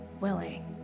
willing